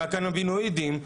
מהקנבינואידים,